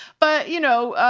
but you know,